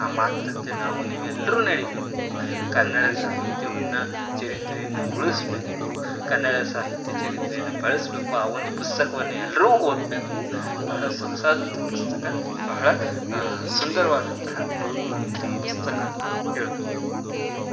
ಆ ಮಾತಂತೆ ನಾವು ನೀವೆಲ್ಲರೂ ನಡೀಬೇಕು ಕನ್ನಡ ಸಾಹಿತ್ಯವನ್ನು ಚರಿತ್ರೆಯನ್ನು ಉಳಿಸ್ಬೇಕು ಕನ್ನಡ ಸಾಹಿತ್ಯ ಚರಿತ್ರೆಯನ್ನು ಬೆಳಸಬೇಕು ಆ ಒಂದು ಪುಸ್ತಕವನ್ನು ಎಲ್ಲರೂ ಓದಬೇಕು ಬಹಳ ಸೊಗಸಾದಂತಹ ಪುಸ್ತಕ ಬಹಳ ಸುಂದರವಾದಂತಹ ಭವ್ಯವಾದಂತಹ ಪುಸ್ತಕ ಅಂತ ಹೇಳ್ಬೋದು